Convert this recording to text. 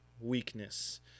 weakness